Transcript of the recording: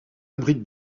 abrite